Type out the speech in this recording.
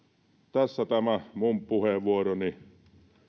tässä tämä minun puheenvuoroni